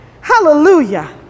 hallelujah